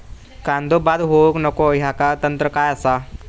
कांदो बाद होऊक नको ह्याका तंत्र काय असा?